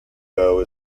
dough